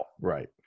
right